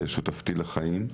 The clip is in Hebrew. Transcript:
שותפתי לחיים.